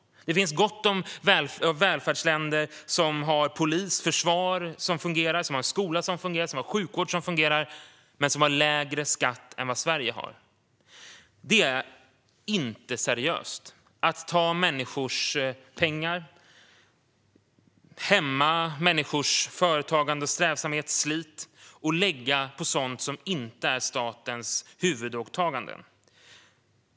Det finns gott om välfärdsländer som har polis, försvar, skola och sjukvård som fungerar men som har lägre skatt än vad Sverige har. Det är inte seriöst att ta människors pengar och hämma människors strävsamhet, företagande och slit och lägga på sådant som inte är statens huvudåtaganden.